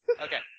Okay